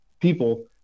people